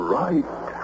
right